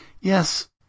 Yes